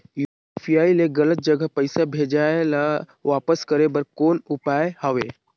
UPI ले गलत जगह पईसा भेजाय ल वापस करे बर कौन उपाय हवय?